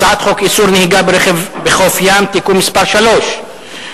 הצעת חוק איסור נהיגה ברכב בחוף הים (תיקון מס' 3),